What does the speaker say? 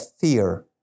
fear